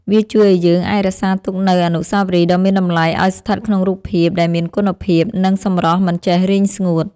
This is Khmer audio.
វាជួយឱ្យយើងអាចរក្សាទុកនូវអនុស្សាវរីយ៍ដ៏មានតម្លៃឱ្យស្ថិតក្នុងរូបភាពដែលមានគុណភាព និងសម្រស់មិនចេះរីងស្ងួត។